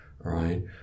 right